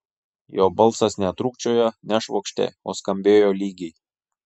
jo balsas netrūkčiojo nešvokštė o skambėjo lygiai